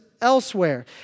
elsewhere